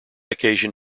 occasion